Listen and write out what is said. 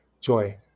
joy